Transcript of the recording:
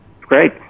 Great